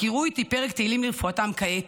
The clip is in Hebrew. קראו איתי פרק תהילים לרפואתם כעת.